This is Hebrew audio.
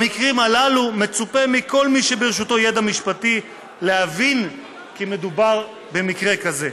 במקרים הללו מצופה מכל מי שברשותו ידע משפטי להבין כי מדובר במקרה כזה.